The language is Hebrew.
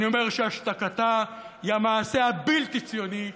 אני אומר שהשתקתה היא המעשה הבלתי-ציוני,